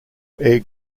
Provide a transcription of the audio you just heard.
egg